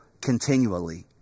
continually